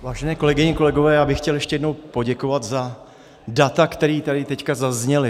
Vážené kolegyně, kolegové, já bych chtěl ještě jednou poděkovat za data, která tady teď zazněla.